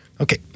Okay